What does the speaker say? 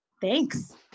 Thanks